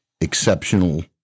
exceptional